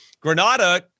Granada